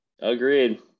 agreed